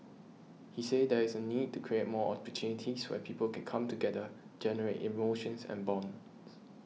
he said there is a need to create more opportunities where people can come together generate emotions and bonds